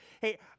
Hey